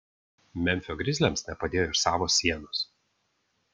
memfio grizliams nepadėjo ir savos sienos